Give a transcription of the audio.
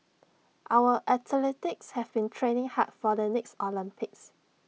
our athletes have been training hard for the next Olympics